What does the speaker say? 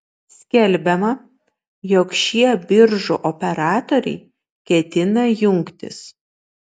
skelbiama jog šie biržų operatoriai ketina jungtis